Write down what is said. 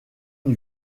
une